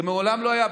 זה מעולם לא היה.